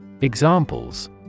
Examples